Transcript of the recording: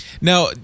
now